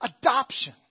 adoption